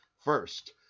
first